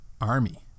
army